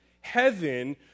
heaven